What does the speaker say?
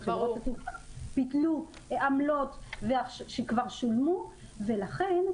ושחברות התעופה ביטלו עמלות שכבר שולמו ולכן,